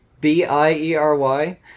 b-i-e-r-y